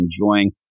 enjoying